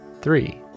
three